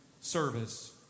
service